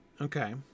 okay